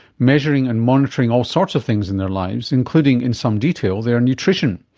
measuring and monitoring all sorts of things in their lives including in some detail their nutrition.